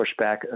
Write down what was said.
pushback